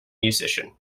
musician